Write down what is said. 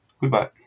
Goodbye